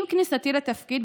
עם כניסתי לתפקיד,